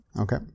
Okay